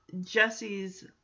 Jesse's